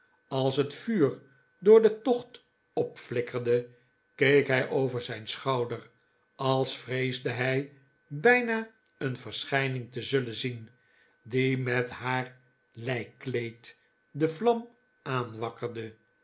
als het vuur door den tocht opflikkerde keek hij over zijn schouder als vreesde hij bijna een verschijning te zullen zien die met haar lijkkleed de vlam